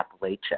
Appalachia